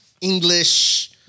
English